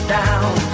down